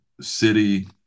city